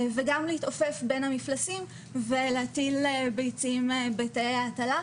וגם להתעופף בין המפלסים ולהטיל ביצים בתאי ההטלה.